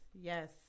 Yes